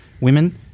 women